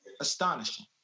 astonishing